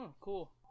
Cool